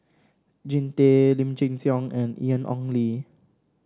Jean Tay Lim Chin Siong and Ian Ong Li